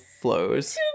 flows